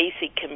basic